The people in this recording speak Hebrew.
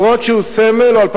או 2011,